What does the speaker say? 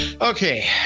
okay